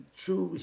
true